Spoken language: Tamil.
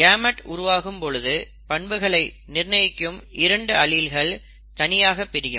கேமெட் உருவாகும்பொழுது பண்புகளை நிர்ணயிக்கும் இரண்டு அலீல்ஸ் தனியாக பிரியும்